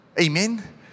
Amen